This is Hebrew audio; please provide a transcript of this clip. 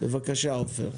בבקשה עופר.